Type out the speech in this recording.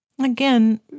again